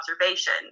observation